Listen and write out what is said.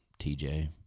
TJ